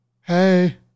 Hey